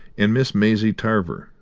and miss maisie tarver,